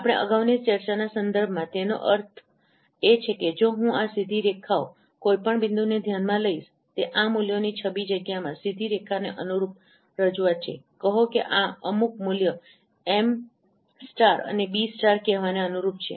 આપણી અગાઉની ચર્ચાના સંદર્ભમાં તેનો અર્થ એ છે કે જો હું આ સીધી રેખામાં કોઈપણ બિંદુને ધ્યાનમાં લઈશ તે આ મૂલ્યોની છબી જગ્યામાં સીધી રેખાની અનુરૂપ રજૂઆત છે કહો કે આ અમુક મૂલ્ય એમm અને બીb કહેવાને અનુરૂપ છે